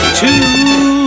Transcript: two